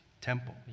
temple